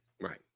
Right